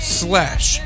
slash